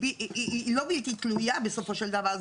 היא לא בלתי תלויה בסופו של דבר.